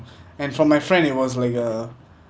and from my friend it was like a